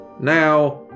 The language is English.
Now